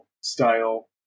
style